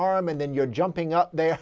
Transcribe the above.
arm and then you're jumping up there